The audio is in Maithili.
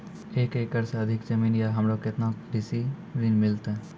एक एकरऽ से अधिक जमीन या हमरा केतना कृषि ऋण मिलते?